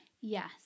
Yes